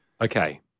Okay